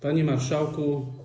Panie Marszałku!